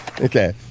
Okay